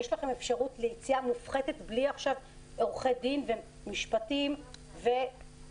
יש לכם אפשרות ליציאה מופחתת בלי עורכי דין ומשפטים וסחבת.